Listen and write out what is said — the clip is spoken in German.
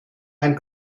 ein